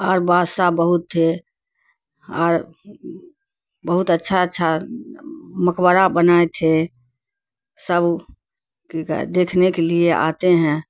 اور بادشاہ بہت تھے اور بہت اچھا اچھا مقبرہ بنائے تھے سب دیکھنے کے لیے آتے ہیں